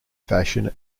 fashion